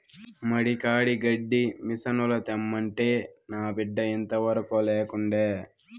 మడి కాడి గడ్డి మిసనుల తెమ్మంటే నా బిడ్డ ఇంతవరకూ లేకుండే